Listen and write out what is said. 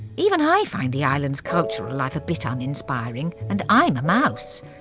even i find the island's cultural life a bit uninspiring, and i'm mouse.